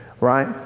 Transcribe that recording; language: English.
Right